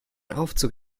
aufzug